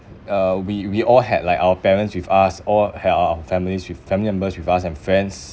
uh we we all had like our parents with us all have our families with family members with us and friends